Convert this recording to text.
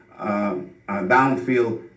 downfield